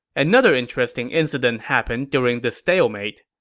another interesting incident happened during the stalemate.